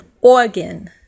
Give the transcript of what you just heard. organ